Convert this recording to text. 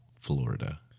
Florida